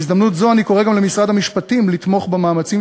בהזדמנות זו אני קורא גם למשרד המשפטים לתמוך במאמצים